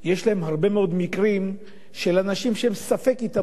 יש להם הרבה מאוד מקרים של אנשים שהם ספק התאבדו,